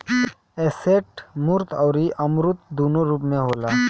asset मूर्त अउरी अमूर्त दूनो रूप में होला